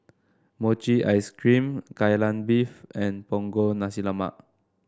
Mochi Ice Cream Kai Lan Beef and Punggol Nasi Lemak